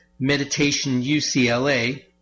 meditationucla